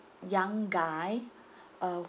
young guy uh